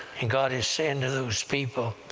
and god is saying to those people,